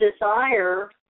desire